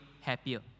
happier